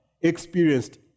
experienced